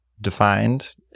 defined